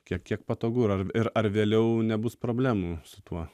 kiek kiek patogu yra ir ar vėliau nebus problemų su tuo